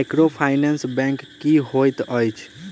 Microfinance bank की होइत अछि?